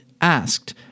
asked